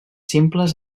simples